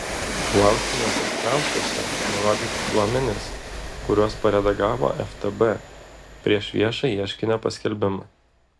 laužtiniuose skliaustuose nurodyti duomenys kuriuos paredagavo ftb prieš viešą ieškinio paskelbimą